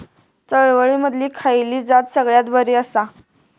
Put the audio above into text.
चवळीमधली खयली जात सगळ्यात बरी आसा?